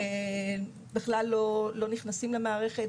בכלל לא נכנסים למערכת.